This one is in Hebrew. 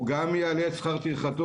הוא גם יעלה את שכר טרחתו,